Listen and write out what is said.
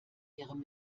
ihrem